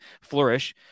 flourish